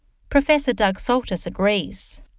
professor doug soltis agrees.